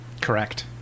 Correct